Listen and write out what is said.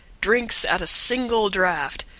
drinks at a single draught,